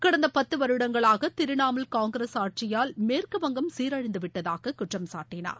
கடந்த பத்து வருடங்களாக திரிணமுல் காங்கிரஸ் ஆட்சியால் மேற்கு வங்கம் சீரழிந்து விட்டதாக குற்றம்சாட்டினார்